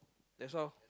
that's all